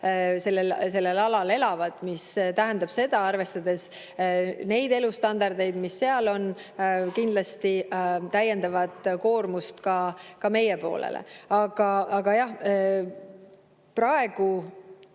sellel alal elavad. See tähendab, arvestades elustandardit, mis seal on, kindlasti täiendavat koormust ka meie poolele. Aga jah, praegu